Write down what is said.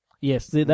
Yes